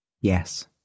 Yes